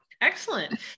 excellent